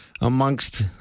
amongst